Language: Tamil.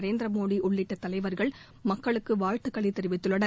நரேந்திரமோடி உள்ளிட்ட தலைவா்கள் மக்களுக்கு வாழ்த்துக்களை தெரிவித்துள்ளனர்